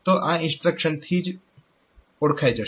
તો આ ઇન્સ્ટ્રક્શન થી જ ઓળખાઈ જશે